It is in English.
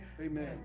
Amen